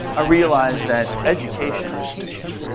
realized that education and teaching